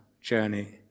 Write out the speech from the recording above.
journey